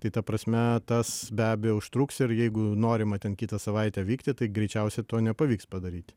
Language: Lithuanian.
tai ta prasme tas be abejo užtruks ir jeigu norima ten kitą savaitę vykti tai greičiausiai to nepavyks padaryti